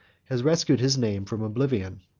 has rescued his name from oblivion.